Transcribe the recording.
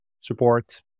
support